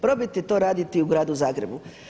Probajte to raditi u gradu Zagrebu.